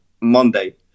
Monday